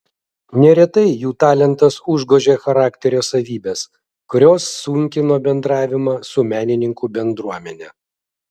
neretai jų talentas užgožė charakterio savybes kurios sunkino bendravimą su menininkų bendruomene